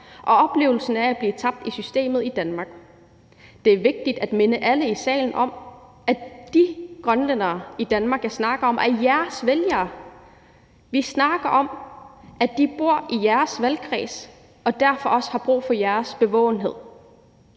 og oplevelsen af at blive tabt i systemet i Danmark. Det er vigtigt at minde alle i salen om, at de grønlændere i Danmark, jeg snakker om, er jeres vælgere. Vi snakker om, at de bor i jeres valgkreds og derfor også har brug for jeres bevågenhed.